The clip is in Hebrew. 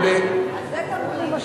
אז זה תמריץ,